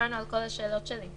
עברנו על כל השאלות שלי.